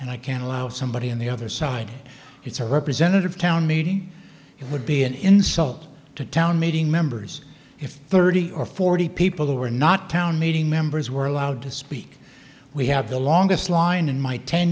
and i can't allow somebody on the other side it's a representative town meeting it would be an insult to town meeting members if thirty or forty people who are not town meeting members were allowed to speak we had the longest line in my ten